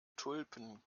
tulpen